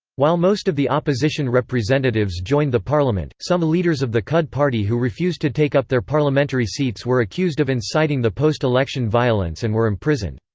while most of the opposition representatives joined the parliament, some leaders of the cud party who refused to take up their parliamentary seats were accused of inciting the post-election violence and were imprisoned.